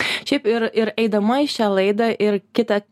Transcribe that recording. šiaip ir ir eidama į šią laidą ir kitą